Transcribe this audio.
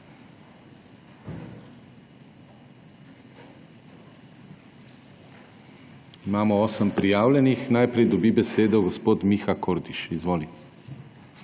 Imamo osem prijavljenih. Najprej dobi besedo gospod Miha Kordiš. **MIHA